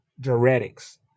diuretics